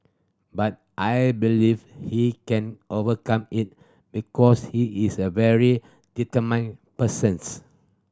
but I believe he can overcome it because he is a very determined persons